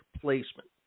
placement